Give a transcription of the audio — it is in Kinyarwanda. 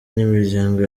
n’imiryango